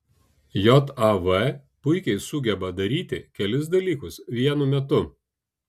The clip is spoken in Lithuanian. jav puikiai sugeba daryti kelis dalykus vienu metu